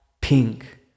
pink